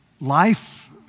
Life